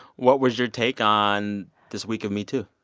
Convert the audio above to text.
what was your take on this week of metoo?